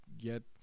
get